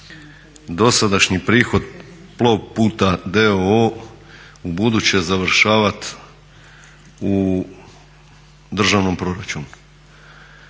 dosadašnji prihod PLOVPUT d.o.o. ubuduće završavati u državnom proračunu.